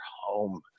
home